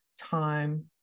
time